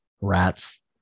Rats